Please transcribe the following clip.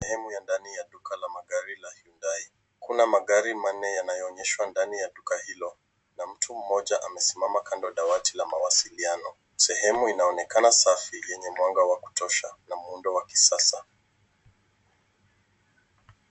Sehemu ya ndani ya duka la magari la Hyundai .Kuna magari manne yanaonyeshwa ndani ya duka hilo na mtu mmoja amesimama kando dawati na mawasiliano. Sehemu inaonekana safi yenye mwanga wa kutosha na muundo wa kisasa.